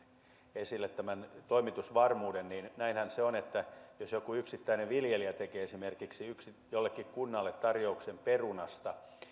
esille tähän toimitusvarmuuteen näinhän se on että jos joku yksittäinen viljelijä tekee esimerkiksi jollekin kunnalle tarjouksen perunasta